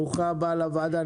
ברוכה הבאה לוועדה,